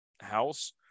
house